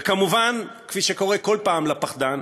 וכמובן, כפי שקורה בכל פעם לפחדן,